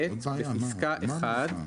(ב) בפסקה (1)